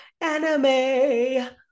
anime